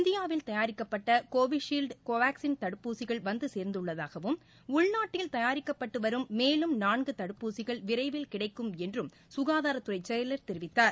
இந்தியாவில் தயாரிக்கப்பட்ட Covishield Covaxin தடுப்பூசிகள் வந்து சேர்ந்துள்ளதாகவும் உள்நாட்டில் தயாரிக்கப்பட்டு வரும் மேலும் நான்கு தடுப்பூசிகள் விரைவில் கிடைக்கும் என்றும் சுகாதாரத்துறை செயலர் தெரிவித்தார்